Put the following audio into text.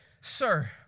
sir